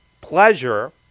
Pleasure